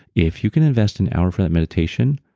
if you can invest an hour for that meditation,